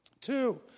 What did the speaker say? Two